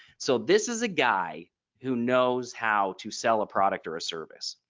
so this is a guy who knows how to sell a product or a service.